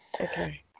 okay